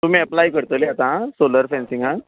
तुमी ऍप्लाय करतले आतां सोलर फॅन्सींगाक